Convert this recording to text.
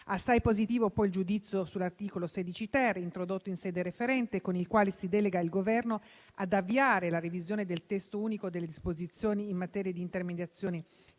Assai positivo poi è il giudizio sull'articolo 16-*ter* introdotto in sede referente, con il quale si delega il Governo ad avviare la revisione del testo unico delle disposizioni in materia di intermediazioni